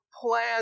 plan